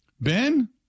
Ben